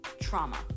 trauma